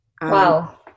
Wow